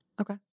Okay